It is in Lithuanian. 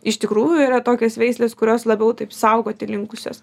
iš tikrųjų yra tokios veislės kurios labiau taip saugoti linkusios